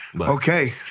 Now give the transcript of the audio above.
Okay